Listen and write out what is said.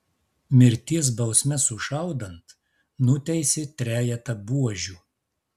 mirties bausme sušaudant nuteisė trejetą buožių